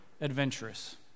adventurous